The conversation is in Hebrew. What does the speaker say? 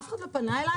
אף אחד לא פנה אלייך?